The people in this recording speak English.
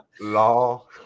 law